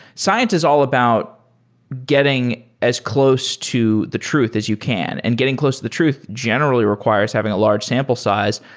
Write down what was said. science is all about getting as close to the truth as you can, and getting close to the truth generally requires having a large sample size.